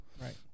Right